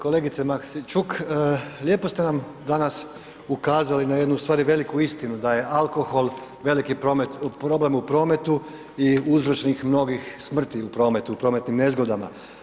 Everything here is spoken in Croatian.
Kolegice Maksimčuk, lijepo ste nam danas ukazali na jednu u stvari veliki istinu, da je alkohol veliki problem u prometu i uzročnik mnogih smrti u prometu, prometnim nezgodama.